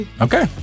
okay